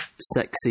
sexy